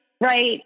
right